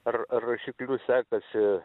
ar rašikliu sekasi